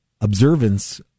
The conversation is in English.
observance